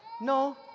No